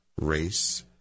race